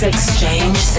Exchange